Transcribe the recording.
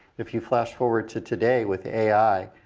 if you flash forward to today with ai,